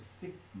six